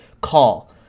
call